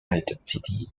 identity